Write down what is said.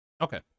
Okay